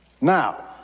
Now